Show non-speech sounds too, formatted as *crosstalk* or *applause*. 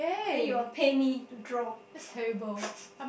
then you will pay me to draw *laughs*